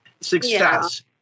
success